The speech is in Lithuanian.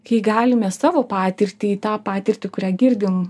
kai galime savo patirtį į tą patirtį kurią girdim